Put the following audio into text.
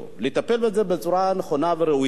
לטפל בזה בצורה נכונה וראויה.